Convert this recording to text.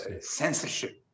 censorship